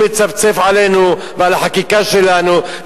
הוא מצפצף עלינו ועל החקיקה שלנו,